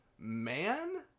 Man